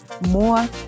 more